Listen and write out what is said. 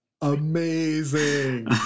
Amazing